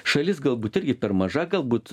šalis galbūt irgi per maža galbūt